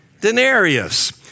Denarius